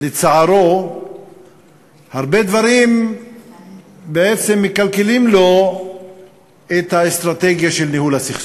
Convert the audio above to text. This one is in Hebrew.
לצערו הרבה דברים מקלקלים לו את האסטרטגיה של ניהול הסכסוך.